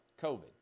COVID